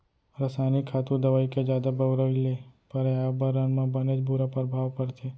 रसायनिक खातू, दवई के जादा बउराई ले परयाबरन म बनेच बुरा परभाव परथे